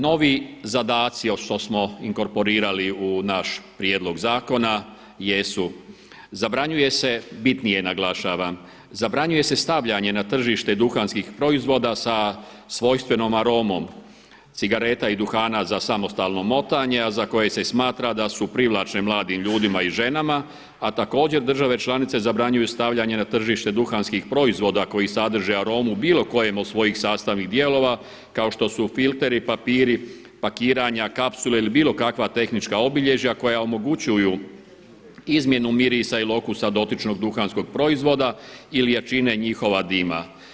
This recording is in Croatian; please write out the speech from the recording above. Novi zadaci što smo inkorporirali u naš prijedlog zakona jesu: zabranjuje se bitnije naglašavam, zabranjuje se stavljanje na tržište duhanskih proizvoda sa svojstvenom aromom cigareta i duhana za samostalno motanje a za koje se smatra da su privlačne mladim ljudima i ženama, a također države članice zabranjuju stavljanje na tržište duhanskih proizvoda koji sadrže aromu u bilo kojem od svojih sastavnih dijelova kao što su filteri, papiri, pakiranja, kapsule ili bilo kakva tehnička obilježja koja omogućuju izmjenu mirisa ili okusa dotičnog duhanskog proizvoda ili jačine njihova dima.